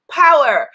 power